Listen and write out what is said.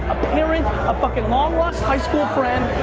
parent, a fuckin' long lost high school friend,